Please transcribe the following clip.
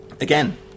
again